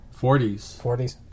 40s